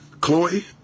Chloe